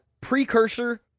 Precursor